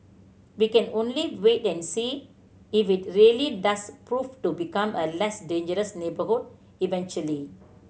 we can only wait and see if it really does prove to become a less dangerous neighbourhood eventually